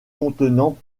contenant